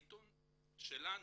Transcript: העיתון שלנו,